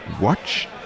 Watch